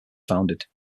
founded